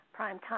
Primetime